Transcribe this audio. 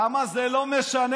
למה זה לא משנה?